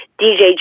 DJ